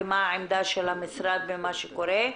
ומה העמדה של המשרד למה שקורה.